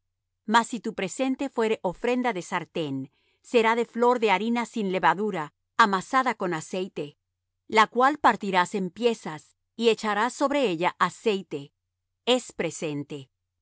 mas si tu presente fuere ofrenda de sartén será de flor de harina sin levadura amasada con aceite la cual partirás en piezas y echarás sobre ella aceite es presente